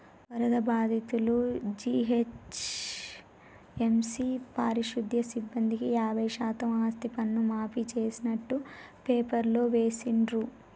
వరద బాధితులు, జీహెచ్ఎంసీ పారిశుధ్య సిబ్బందికి యాభై శాతం ఆస్తిపన్ను మాఫీ చేస్తున్నట్టు పేపర్లో వేసిండ్రు